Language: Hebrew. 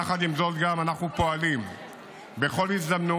יחד עם זאת, אנחנו גם פועלים בכל הזדמנות